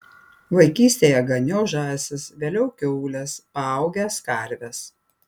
vaikystėje ganiau žąsis vėliau kiaules paaugęs karves